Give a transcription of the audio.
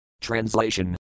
Translation